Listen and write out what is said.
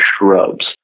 shrubs